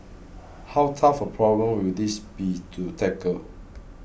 how tough a problem will this be to tackle